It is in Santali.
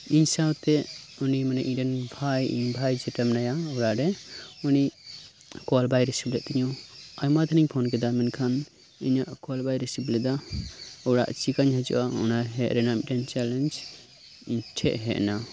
ᱤᱧ ᱥᱟᱶᱛᱮ ᱩᱱᱤ ᱢᱟᱱᱮ ᱤᱧᱨᱮᱱ ᱵᱷᱟᱭ ᱤᱧ ᱵᱷᱟᱭ ᱡᱮᱴᱟ ᱢᱮᱱᱟᱭᱟ ᱚᱲᱟᱜ ᱨᱮ ᱩᱱᱤ ᱠᱚᱞ ᱵᱟᱭ ᱨᱤᱥᱤᱵᱷ ᱞᱮᱫ ᱛᱤᱧᱟᱹ ᱟᱭᱢᱟ ᱫᱷᱟᱱ ᱤᱧ ᱯᱷᱳᱱ ᱠᱮᱫᱟ ᱢᱮᱱᱠᱷᱟᱱ ᱤᱧᱟᱜ ᱠᱚᱞ ᱵᱟᱭ ᱨᱤᱥᱤᱵᱷ ᱞᱮᱫᱟ ᱚᱲᱟᱜ ᱪᱮᱠᱟᱹᱧ ᱦᱤᱡᱩᱜᱼᱟ ᱚᱱᱟ ᱦᱮᱡ ᱨᱮᱱᱟᱜ ᱢᱤᱫ ᱴᱮᱱ ᱪᱮᱞᱮᱧᱡᱽ ᱤᱧ ᱴᱷᱮᱱ ᱦᱮᱡ ᱮᱱᱟ